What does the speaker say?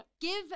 give